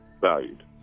valued